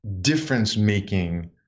difference-making